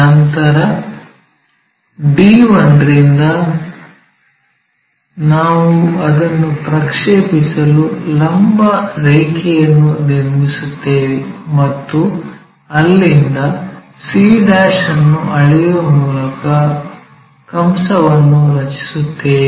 ನಂತರ d1 ರಿಂದ ನಾವು ಅದನ್ನು ಪ್ರಕ್ಷೇಪಿಸಲು ಲಂಬ ರೇಖೆಯನ್ನು ನಿರ್ಮಿಸುತ್ತೇವೆ ಮತ್ತು ಅಲ್ಲಿಂದ c ಅನ್ನು ಅಳೆಯುವ ಮೂಲಕ ಕಂಸವನ್ನು ರಚಿಸುತ್ತೇವೆ